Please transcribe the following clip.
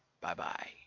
Bye-bye